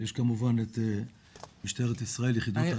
ויש כמובן את משטרת ישראל, יחידת הנוער.